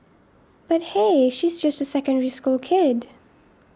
but hey she's just a Secondary School kid